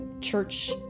church